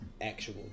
actual